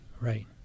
Right